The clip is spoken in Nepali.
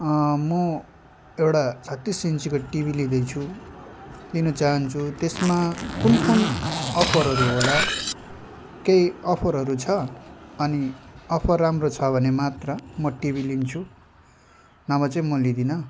म एउटा छत्तिस इन्चीको टिभी लिँदैछु लिन चाहन्छु त्यसमा कुन कुन अफरहरू होला केही अफरहरू छ अनि अफर राम्रो छ भने मात्र म टिभी लिन्छु नभए चाहिँ म लिन्नँ